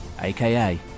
aka